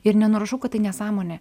ir nenurašau kad tai nesąmonė